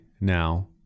now